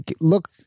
look